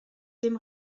dem